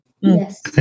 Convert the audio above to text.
Yes